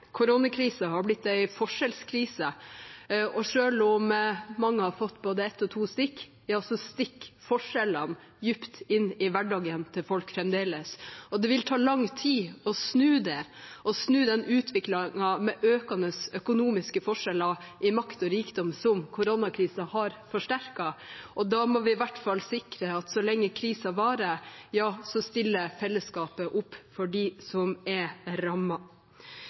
Det har vært en tøff tid for mange. Koronakrisen har blitt en forskjellskrise, og selv om mange har fått både ett og to stikk, stikker forskjellene dypt inn i folks hverdag fremdeles. Det vil ta lang tid å snu det, snu utviklingen med økende forskjeller i makt og rikdom, som koronakrisen har forsterket. Da må vi i hvert fall sikre at så lenge krisen varer, stiller fellesskapet opp for dem som er